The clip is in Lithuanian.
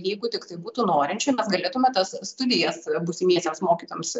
jeigu tiktai būtų norinčių mes galėtume tas studijas būsimiesiems mokytojams